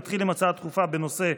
נתחיל עם הצעות דחופות בנושא: